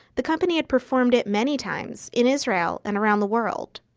the company had performed it many times, in israel and around the world